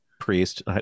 priest